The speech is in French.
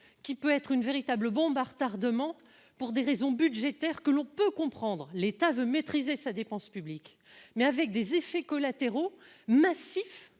qui peut être une véritable bombe à retardement pour des raisons budgétaires que l'on peut comprendre l'État de maîtriser sa dépense publique, mais avec des effets collatéraux massifs